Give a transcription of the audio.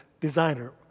designer